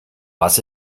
was